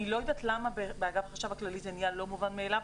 אני לא יודעת למה באגף החשב הכללי זה נהיה לא מובן מאליו.